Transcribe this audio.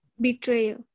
betrayal